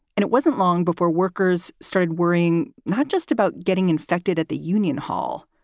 and it wasn't long before workers started worrying not just about getting infected at the union hall.